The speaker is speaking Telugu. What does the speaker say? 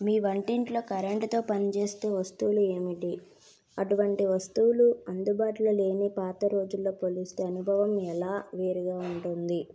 మీ వంటింట్లో కరెంటుతో పని చేస్తూ వస్తువులు ఏమిటి అటువంటి వస్తువులు అందుబాటులో లేని పాత రోజుల్లో పోలిస్తే అనుభవం ఎలా వేరుగా ఉంటుంది